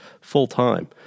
full-time